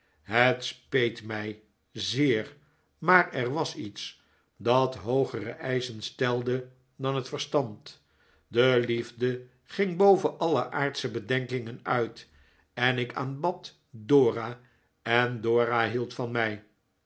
het speet mij zeer maar er was iets dat hoogere eischen stelde dan het verstand de liefde ging boven alle aardsche bedenkingen uit en ik aanbad dora en dora hield van mij